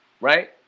Right